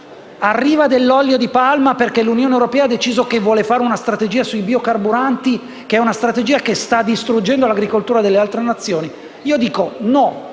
arriva dell'olio di palma perché l'Unione europea ha deciso che vuole attuare una strategia sui biocarburanti, che è una strategia che sta distruggendo l'agricoltura delle altre Nazioni, io dico no.